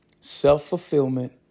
self-fulfillment